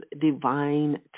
divine